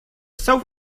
south